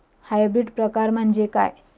Hybrid प्रकार म्हणजे काय?